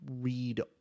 read